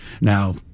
Now